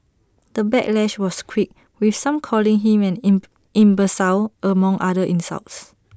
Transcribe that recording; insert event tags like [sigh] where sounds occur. the backlash was quick with some calling him an in imbecile among other insults [noise]